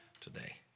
today